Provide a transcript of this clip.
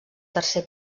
tercer